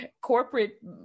corporate